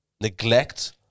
Neglect